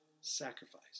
sacrifice